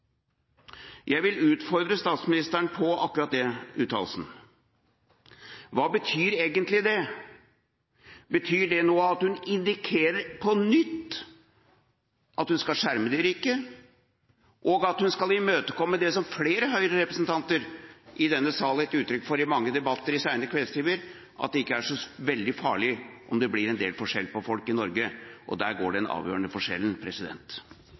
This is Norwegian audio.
Jeg vil utfordre statsministeren på akkurat den uttalelsen. Hva betyr egentlig det? Betyr det at hun nå indikerer – på nytt – at hun skal skjerme de rike, og at hun skal imøtekomme det som flere Høyre-representanter i denne sal har gitt uttrykk for i mange debatter i sene kveldstimer: at det ikke er så veldig farlig om det blir en del forskjell på folk i Norge? Der går den avgjørende forskjellen.